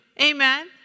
Amen